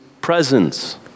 presence